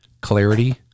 clarity